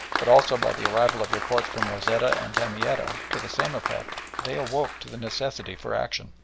but also by the arrival of reports from rosetta and damietta to the same effect, they awoke to the necessity for action.